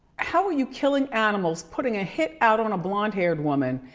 how are you killing animals, putting a hit out on a blond haired woman,